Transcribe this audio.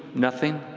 nothing.